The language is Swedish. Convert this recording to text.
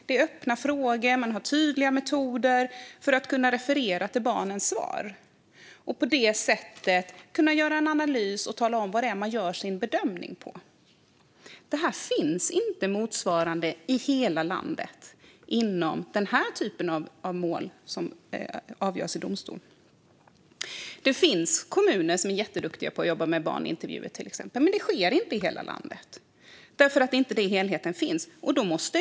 Det ska vara öppna frågor och tydliga metoder för att kunna referera till barnens svar. På det sättet kan man analysera och tala om vad man gör sin bedömning på. Motsvarande arbetssätt finns inte i hela landet inom den här typen av mål som avgörs i domstol. Det finns kommuner som är jätteduktiga på att jobba med barnintervjuer, men det sker inte i hela landet eftersom helheten inte finns.